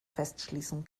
festschließen